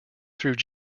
through